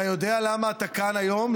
אתה יודע למה אתה כאן היום?